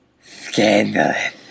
scandalous